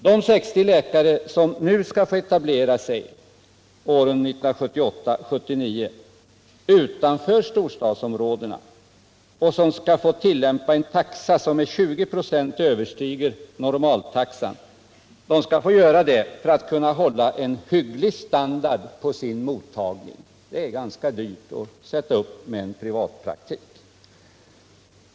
De 60 läkare som åren 1978 och 1979 skall få etablera sig utanför storstadsområdena skall få tillämpa en taxa som med 20 96 överstiger normaltaxan — detta för att kunna hålla en hygglig standard på sin mottagning. Det är nämligen ganska dyrt att sätta upp en privatpraktik.